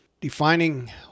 defining